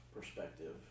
perspective